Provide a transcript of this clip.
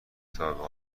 تابه